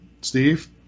Steve